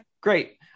great